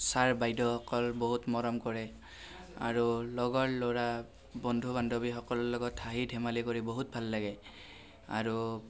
sir বাইদেউসকল বহুত মৰম কৰে আৰু লগৰ ল'ৰা বন্ধু বান্ধৱীসকলৰ লগত হাঁহি ধেমালি কৰি বহুত ভাল লাগে আৰু